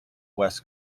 west